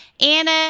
Anna